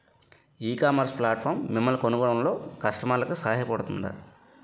ఈ ecommerce platform మిమ్మల్ని కనుగొనడంలో కస్టమర్లకు సహాయపడుతుందా?